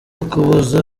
ukuboza